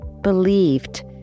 believed